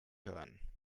hören